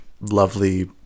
lovely